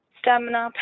stamina